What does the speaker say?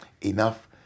enough